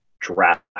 draft